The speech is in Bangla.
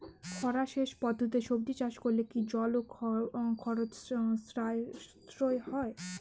খরা সেচ পদ্ধতিতে সবজি চাষ করলে কি জল ও খরচ সাশ্রয় হয়?